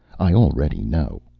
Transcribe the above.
i already know.